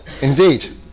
indeed